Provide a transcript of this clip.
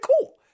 cool